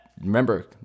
remember